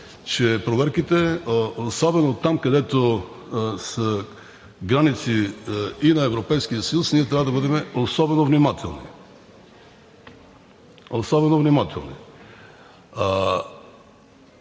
че с проверките особено там, където са граници и на Европейския съюз ние трябва да бъдем особено внимателни. Особено внимателни!